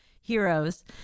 heroes